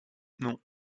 non